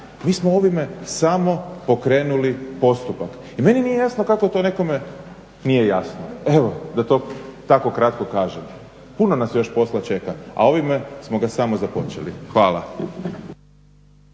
Mi smo ovime samo pokrenuli postupak i meni to nije jasno kako to nekome nije jasno. Evo da to tako kratko kažem. Puno nas još posla čeka, a ovime smo ga samo započeli. Hvala.